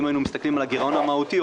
אם היינו מסתכלים על הגרעון המהותי,